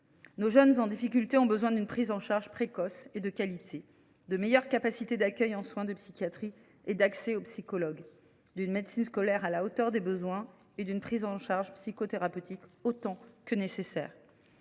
Nos jeunes en difficulté ont besoin d’une prise en charge précoce et de qualité, de meilleures capacités d’accueil en soins de psychiatrie et d’accès aux psychologues, d’une médecine scolaire à la hauteur des besoins et d’une prise en charge psychothérapeutique autant que cela